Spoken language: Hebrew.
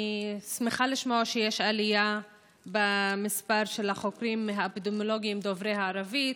אני שמחה לשמוע שיש עלייה במספר החוקרים האפידמיולוגיים דוברי הערבית.